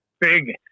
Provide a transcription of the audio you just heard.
big